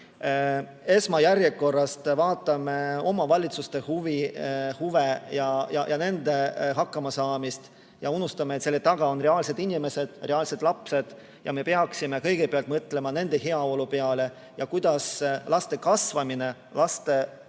esmajärjekorras vaatame omavalitsuste huve ja nende hakkamasaamist, aga unustame, et selle taga on reaalsed inimesed, reaalsed lapsed. Me peaksime kõigepealt mõtlema nende heaolu peale ja selle peale, kuidas laste kasvamine, eluks